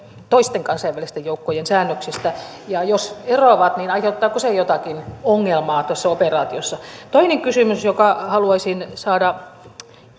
toisten kansainvälisten joukkojen säännöksistä ja jos eroavat aiheuttaako se jotakin ongelmaa tuossa operaatiossa toinen kysymys johon haluaisin saada